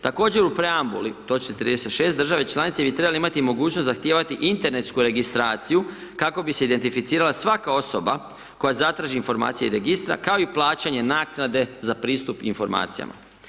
Također, u preambuli točki 36. države članice bi trebale imati mogućnost zahtijevati internetsku registraciju kako bi se identificirala svaka osoba koja zatraži informacije registra kao i plaćanje naknade za pristup informacijama.